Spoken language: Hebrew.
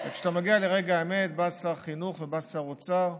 רק כשאתה מגיע לרגע האמת באים שר החינוך ושר האוצר ואומרים: